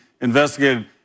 investigated